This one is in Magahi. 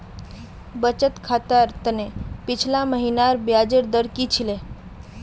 बचत खातर त न पिछला महिनार ब्याजेर दर की छिले